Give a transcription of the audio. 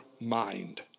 mind